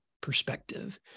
perspective